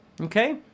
Okay